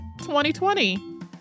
2020